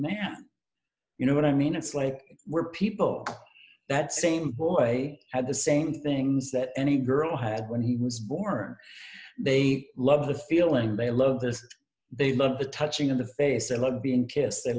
man you know what i mean it's like we're people that same boy had the same things that any girl had when he was born they love the feeling they love this they love the touching in the face of love being kissed the